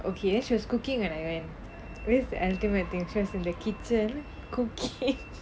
okay then she was cooking நினைக்கிறேன்:ninnaikkiraen with ultimate in the kitchen cooking